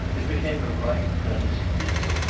it became a rite, done as he did it,